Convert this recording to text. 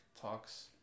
talks